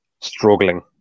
struggling